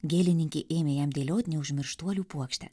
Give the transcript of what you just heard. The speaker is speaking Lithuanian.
gėlininkė ėmė jam dėliot neužmirštuolių puokštę